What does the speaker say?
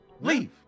Leave